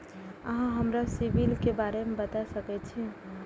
अहाँ हमरा सिबिल के बारे में बता सके छी?